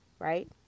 Right